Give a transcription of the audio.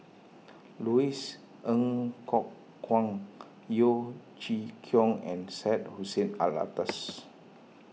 Louis Ng Kok Kwang Yeo Chee Kiong and Syed Hussein Alatas